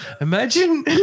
imagine